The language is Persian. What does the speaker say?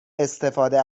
استفاده